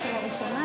שקט,